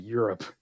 Europe